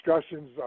discussions